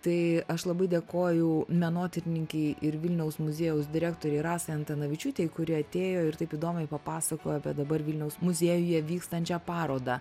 tai aš labai dėkoju menotyrininkei ir vilniaus muziejaus direktorei rasai antanavičiūtei kuri atėjo ir taip įdomiai papasakojo apie dabar vilniaus muziejuje vykstančią parodą